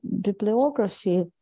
bibliography